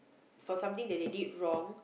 for something that they did wrong